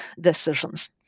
decisions